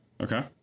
Okay